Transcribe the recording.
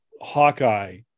Hawkeye